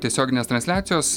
tiesioginės transliacijos